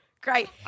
Great